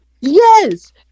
Yes